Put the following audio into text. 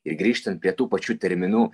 ir grįžtant prie tų pačių terminų